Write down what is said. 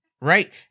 Right